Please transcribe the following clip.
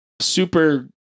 super